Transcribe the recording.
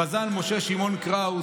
החזן משה שמעון קראוס,